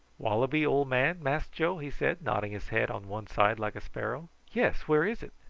wallaby ole man, mass joe? he said, nodding his head on one side like a sparrow. yes where is it?